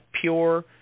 pure